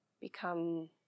become